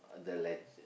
The-Legend